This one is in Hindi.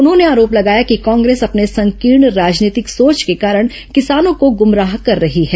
उन्होंने आरोप लगाया कि कांग्रेस अपने संकीर्ण राजनीतिक सोच के कारण किसानों को गुमराह कर रही है